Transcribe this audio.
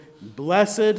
Blessed